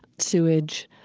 sewage,